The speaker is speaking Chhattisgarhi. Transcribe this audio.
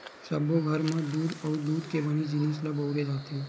सब्बो घर म दूद अउ दूद के बने जिनिस ल बउरे जाथे